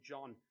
John